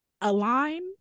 align